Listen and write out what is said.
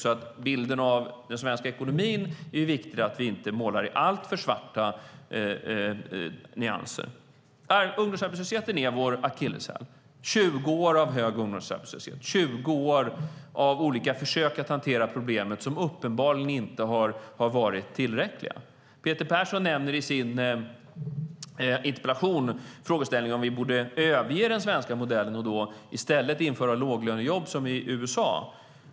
Det är viktigt att vi inte målar bilden av den svenska ekonomin i alltför mörka nyanser. Ungdomsarbetslösheten är vår akilleshäl. Vi har haft 20 år av hög ungdomsarbetslöshet, 20 år av olika försök att hantera problemet, försök som uppenbarligen inte varit tillräckliga. Peter Persson frågar i sin interpellation om vi borde överge den svenska modellen och i stället införa låglönejobb som i USA.